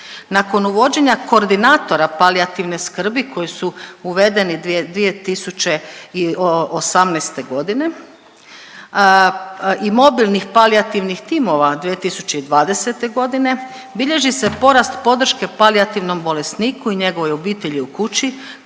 Nakon uvođenja koordinatora palijativne skrbi koji su uvedeni 2018.g. i mobilnih palijativnih timova 2020.g. bilježi se porast podrške palijativnom bolesniku i njegovoj obitelji u kući